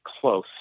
close